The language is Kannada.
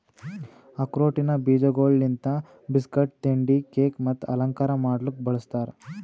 ಆಕ್ರೋಟಿನ ಬೀಜಗೊಳ್ ಲಿಂತ್ ಬಿಸ್ಕಟ್, ತಿಂಡಿ, ಕೇಕ್ ಮತ್ತ ಅಲಂಕಾರ ಮಾಡ್ಲುಕ್ ಬಳ್ಸತಾರ್